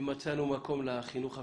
אם מצאנו מקום לחינוך הפיננסי,